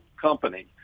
company